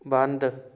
ਬੰਦ